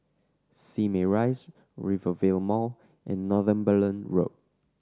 Simei Rise Rivervale Mall and Northumberland Road